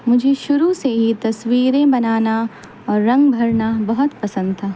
مجھے شروع سے ہی تصویریں بنانا اور رنگ بھرنا بہت پسند تھا